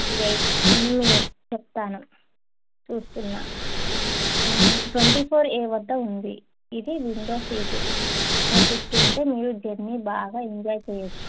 wait one minute చెప్తాను చూస్తున్నా twenty four A వద్ద ఉంది ఇది విండో సీటు అక్కడ కూర్చుకుంటే మీరు జర్నీ బాగా ఎంజాయ్ చేయొచ్చు